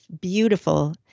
beautiful